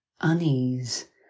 unease